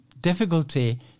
difficulty